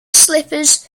slippers